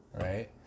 right